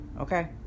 Okay